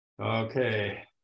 Okay